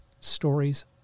stories